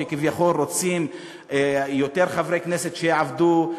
שכביכול רוצים יותר חברי כנסת שיעבדו,